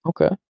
Okay